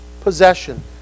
possession